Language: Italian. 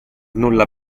nulla